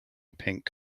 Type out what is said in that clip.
pink